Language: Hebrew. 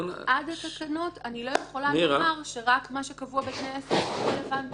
עד שיהיו תקנות אני לא יכולה לומר שרק מה שקבוע בתנאי הסף הוא רלוונטי.